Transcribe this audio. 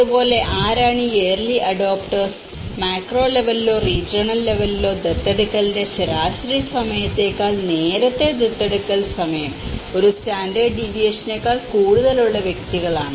അതുപോലെ ആരാണ് ഈ ഏർലി അഡോപ്റ്റെർസ് മാക്രോ ലെവെലിലോ റീജിയണൽ ലെവെലിലോ ദത്തെടുക്കലിന്റെ ശരാശരി സമയത്തേക്കാൾ നേരത്തെ ദത്തെടുക്കൽ സമയം ഒരു സ്റ്റാൻഡേർഡ് ഡീവിയേഷനേക്കാൾ കൂടുതലുള്ള വ്യക്തികളാണ്